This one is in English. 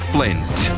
Flint